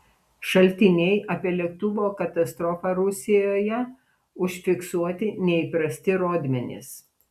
šaltiniai apie lėktuvo katastrofą rusijoje užfiksuoti neįprasti rodmenys